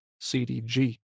CDG